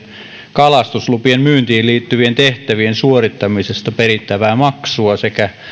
kalastuslupien myyntiin liittyvien tehtävien suorittamisesta perittävää maksua sekä